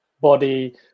body